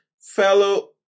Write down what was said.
fellow